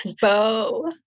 Bo